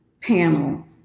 panel